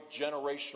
generational